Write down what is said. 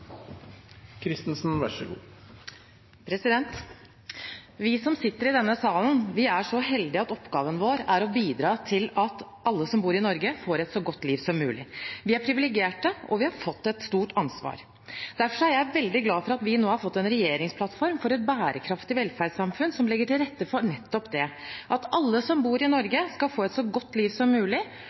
salen er så heldige at oppgaven vår er å bidra til at alle som bor i Norge, får et så godt liv som mulig. Vi er privilegerte, og vi har fått et stort ansvar. Derfor er jeg veldig glad for at vi nå har fått en regjeringsplattform for et bærekraftig velferdssamfunn som legger til rette for nettopp det, at alle som bor i Norge, skal få et så godt liv som mulig,